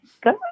Good